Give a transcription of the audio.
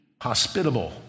hospitable